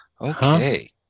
Okay